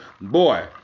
boy